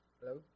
Hello